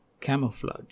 camouflage